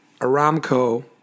Aramco